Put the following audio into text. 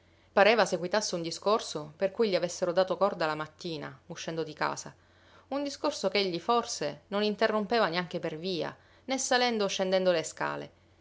pensarne pareva seguitasse un discorso per cui gli avessero dato corda la mattina uscendo di casa un discorso ch'egli forse non interrompeva neanche per via né salendo o scendendo le scale